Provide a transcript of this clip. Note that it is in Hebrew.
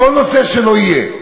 בכל נושא שלא יהיה,